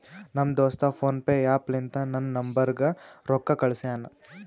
ನಮ್ ದೋಸ್ತ PhonePe app ಲಿಂತಾ ನನ್ ನಂಬರ್ಗ ರೊಕ್ಕಾ ಕಳ್ಸ್ಯಾನ್